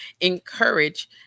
encourage